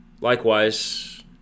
Likewise